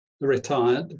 retired